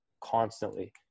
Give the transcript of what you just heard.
constantly